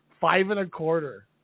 five-and-a-quarter